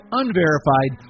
unverified